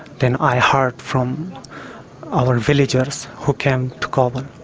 then i heard from our villagers who came to kabul,